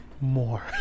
more